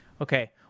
Okay